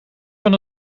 van